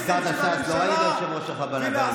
הזכרת את ש"ס, לא ראיתי את היושב-ראש שלך בלילות.